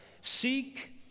Seek